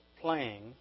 playing